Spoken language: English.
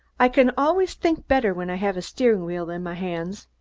i can always think better when i have a steering wheel in my hands,